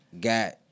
got